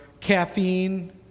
caffeine